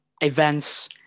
events